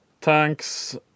tanks